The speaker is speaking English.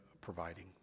providing